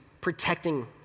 protecting